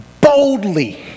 boldly